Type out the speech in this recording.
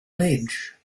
ledge